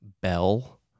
bell